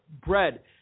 bread